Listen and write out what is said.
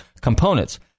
components